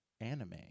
anime